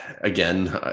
again